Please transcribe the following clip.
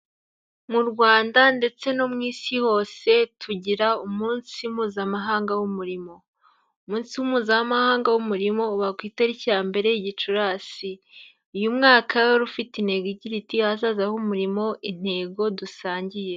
Mu Rwanda ndetse no mu Isi hose tugira umunsi mpuzamahanga w'umurimo, umunsi mpuzamahanga w'umurimo uba ku itariki ya mbere Gicurasi, uyu mwaka wari ufite intego igira iti ahaza h'umurimo intego dusangiye.